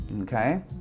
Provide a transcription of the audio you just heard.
Okay